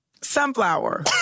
Sunflower